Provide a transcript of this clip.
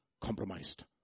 compromised